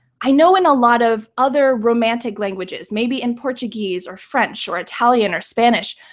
i know in a lot of other romantic languages, maybe in portuguese or french or italian or spanish,